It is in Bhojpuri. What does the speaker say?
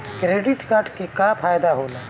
क्रेडिट कार्ड के का फायदा होला?